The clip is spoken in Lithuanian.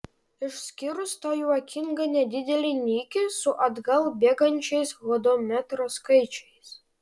išskyrus tą juokingą nedidelį nikį su atgal bėgančiais hodometro skaičiais